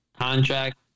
Contract